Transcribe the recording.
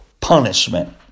punishment